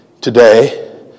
Today